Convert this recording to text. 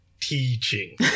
teaching